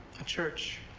a church,